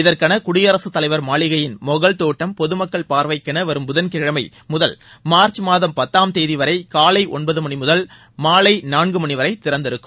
இதற்கென குடியரசுத்தலைவர் மாளிகையின் மொஹல் தோட்டம் பொதுமக்கள் பார்வைக்கென வரும் புதன்கிழமை முதல் மார்ச் மாதம் பத்தாம் தேதி வரை காலை ஒன்பது மணி முதல் மாலை நான்கு மணி வரை திறந்திருக்கும்